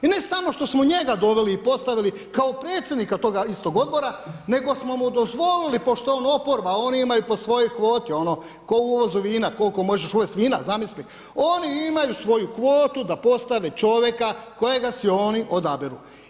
I ne samo što smo njega doveli i postavili kao predsjednika toga istog odbora, nego smo mu dozvolili pošto je on oporba, oni imaju po svojoj kvoti ono tko u uvozu vina koliko možeš uvesti vina zamisli, oni imaju svoju kvotu da postave čovjeka kojega si oni odaberu.